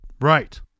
Right